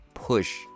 push